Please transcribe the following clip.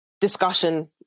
discussion